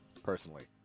Personally